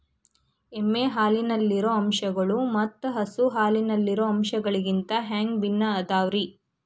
ಎಮ್ಮೆ ಹಾಲಿನಲ್ಲಿರೋ ಅಂಶಗಳು ಮತ್ತ ಹಸು ಹಾಲಿನಲ್ಲಿರೋ ಅಂಶಗಳಿಗಿಂತ ಹ್ಯಾಂಗ ಭಿನ್ನ ಅದಾವ್ರಿ?